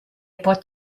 pot